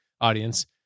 audience